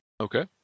Okay